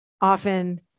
often